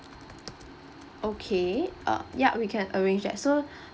okay uh yup we can arrange that so